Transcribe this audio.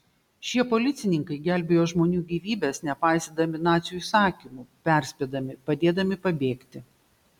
šie policininkai gelbėjo žmonių gyvybes nepaisydami nacių įsakymų perspėdami padėdami pabėgti